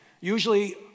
usually